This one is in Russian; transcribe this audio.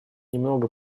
немного